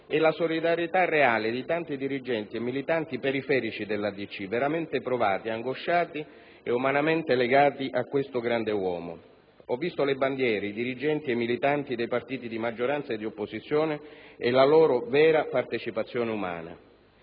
e la solidarietà reale di tanti dirigenti e militanti periferici della DC veramente provati, angosciati e umanamente legati a questo grande uomo. Ho visto le bandiere, i dirigenti e i militanti dei partiti di maggioranza e di opposizione e la loro vera partecipazione umana.